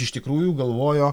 iš tikrųjų galvojo